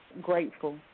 Grateful